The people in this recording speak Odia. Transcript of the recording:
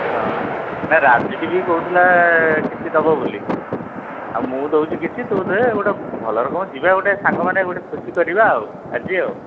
ହଁ ନା ରାଜୁଟି ବି କହୁଥିଲା କିଛି ଦେବ ବୋଲି ଆଉ ମୁଁ ଦେଉଛି କିଛି ତୁ ଦେ ଗୋଟେ ଭଲରେ କ'ଣ ଯିବା ସାଙ୍ଗମାନେ ଗୋଟେ ଖୁସି କରିବା ଆଉ ଆଜି ଆଉ